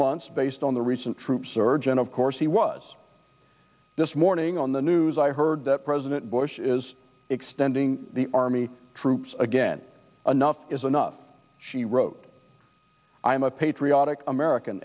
months based on the recent troop surge and of course he was this morning on the news i heard that president bush is extending the army troops again enough is enough he wrote i am a patriotic american